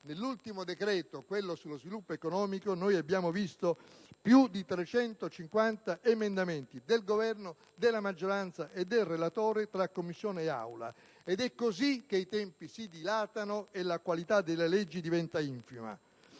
dell'ultimo decreto, quello sullo sviluppo economico, abbiamo visto più di 350 emendamenti del Governo, della maggioranza e del relatore tra Commissione e Aula ed è così che i tempi si dilatano e la qualità delle leggi diventa infima.